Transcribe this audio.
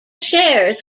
shares